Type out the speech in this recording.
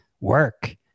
work